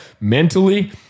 mentally